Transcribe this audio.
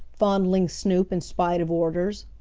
fondling snoop in spite of orders.